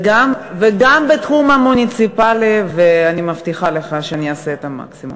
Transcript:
וגם בתחום המוניציפלי אני מבטיחה שאני אעשה את המקסימום.